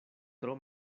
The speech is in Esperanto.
tro